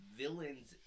villains